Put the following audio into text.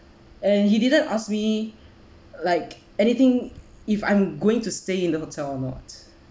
and he didn't ask me like anything if I'm going to stay in the hotel or not